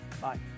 Bye